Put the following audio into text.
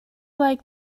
like